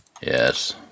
Yes